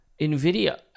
nvidia